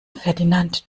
ferdinand